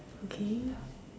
okay